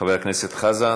חבר הכנסת חזן,